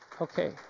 Okay